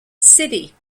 city